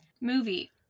movie